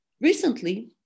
recently